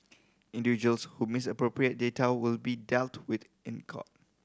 individuals who misappropriate data will be dealt with in court